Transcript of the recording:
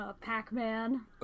Pac-Man